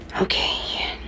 okay